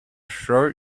sure